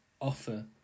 offer